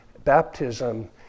Baptism